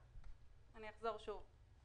אחזור שוב.